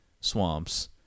swamps